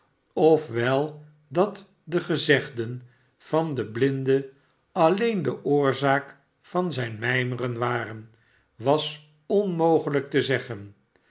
wel dat de gezegden van den blinde alleen de oorzaak van zijn mijmeren waren was onmogelijk te zeggen